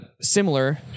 similar